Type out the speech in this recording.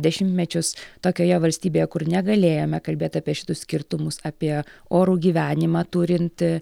dešimtmečius tokioje valstybėje kur negalėjome kalbėt apie šitus skirtumus apie orų gyvenimą turint